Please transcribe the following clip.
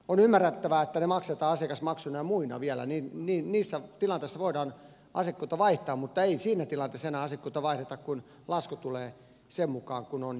on ymmärrettävää että ne maksetaan asiakasmaksuina ja muina vielä niissä tilanteissa voidaan asiakkuutta vaihtaa mutta ei siinä tilanteessa enää asiakkuutta vaihdeta kun lasku tulee sen mukaan kun on jo lainat päällä